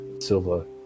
Silva